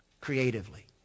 creatively